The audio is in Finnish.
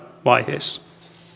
vaiheessa